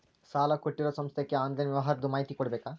ಸಾಲಾ ಕೊಟ್ಟಿರೋ ಸಂಸ್ಥಾಕ್ಕೆ ಆನ್ಲೈನ್ ವ್ಯವಹಾರದ್ದು ಮಾಹಿತಿ ಕೊಡಬೇಕಾ?